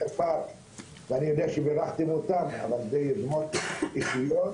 אני יודע שבירכתם אותם, אבל זה יוזמות אישיות.